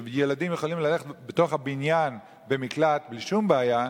וילדים יכולים ללכת בתוך הבניין למקלט בלי שום בעיה,